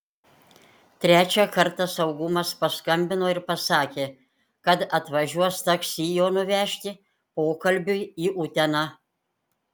trečią kartą saugumas paskambino ir pasakė kad atvažiuos taksi jo nuvežti pokalbiui į uteną